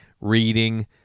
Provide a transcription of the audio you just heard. reading